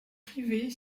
privée